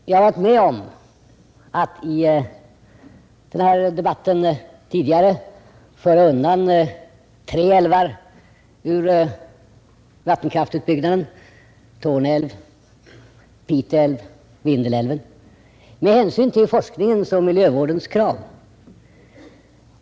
Jag har varit med om att i den här debatten tidigare föra undan tre älvar ur vattenkraftsutbyggnaden, nämligen Torne älv, Pite älv och Vindelälven, med hänsyn till forskningens och miljövårdens krav.